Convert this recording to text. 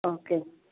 okay